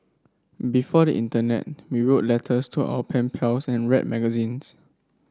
before the internet we wrote letters to our pen pals and read magazines